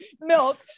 milk